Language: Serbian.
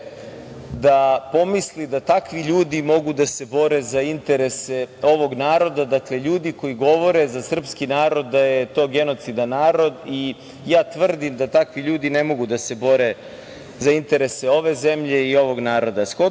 da pomisli da takvi ljudi mogu da se bore za interese ovog naroda, dakle, ljudi koji govore za srpski narod da je to genocidan narod. Ja tvrdim da takvi ljudi ne mogu da se bore za interese ove zemlje i ovog naroda. Shodno